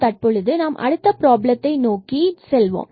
மற்றும் தற்பொழுது நாம் அடுத்த ப்ராப்ளத்தை நோக்கி செல்வோம்